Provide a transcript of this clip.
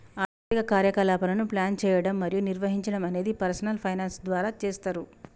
ఆర్థిక కార్యకలాపాలను ప్లాన్ చేయడం మరియు నిర్వహించడం అనేది పర్సనల్ ఫైనాన్స్ ద్వారా చేస్తరు